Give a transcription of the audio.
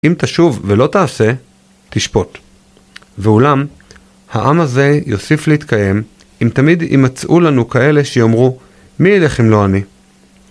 אם תשוב ולא תעשה, תשפוט, ואולם, העם הזה יוסיף להתקיים אם תמיד ימצאו לנו כאלה שיאמרו, מי ילך אם לא אני?